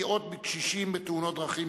בהצלת נפשות,